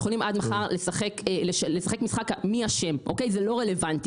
ואני אומרת שאנחנו יכולים עד מחר לשחק משחק מי אשם אבל זה לא רלוונטי.